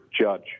judge